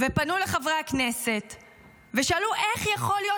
פנו לחברי הכנסת ושאלו: איך יכול להיות